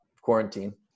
quarantine